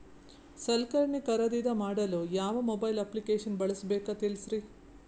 ಸಲಕರಣೆ ಖರದಿದ ಮಾಡಲು ಯಾವ ಮೊಬೈಲ್ ಅಪ್ಲಿಕೇಶನ್ ಬಳಸಬೇಕ ತಿಲ್ಸರಿ?